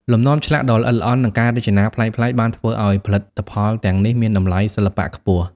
លំនាំឆ្លាក់ដ៏ល្អិតល្អន់ និងការរចនាប្លែកៗបានធ្វើឱ្យផលិតផលទាំងនេះមានតម្លៃសិល្បៈខ្ពស់។